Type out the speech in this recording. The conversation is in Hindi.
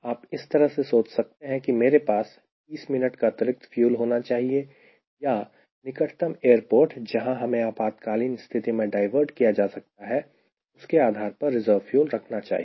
आप इस तरह से सोच सकते हैं की मेरे पास 30 मिनट का अतिरिक्त फ्यूल होना चाहिए या निकटतम एयरपोर्ट जहां हमें आपातकालीन स्थिति में डायवर्ट किया जा सकता है उसके आधार पर रिजर्व फ्यूल रखना चाहिए